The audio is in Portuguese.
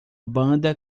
banda